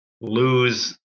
lose